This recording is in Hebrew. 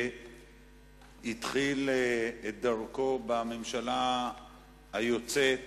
שהתחיל את דרכו בממשלה היוצאת